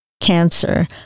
cancer